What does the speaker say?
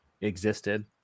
existed